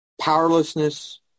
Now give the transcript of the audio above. powerlessness